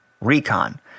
recon